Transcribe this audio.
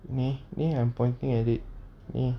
ni I'm pointing at it ni